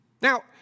Now